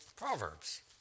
Proverbs